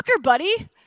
buddy